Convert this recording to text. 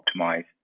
optimize